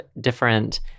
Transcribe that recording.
different